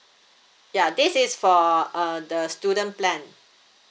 ya this is for uh the student plan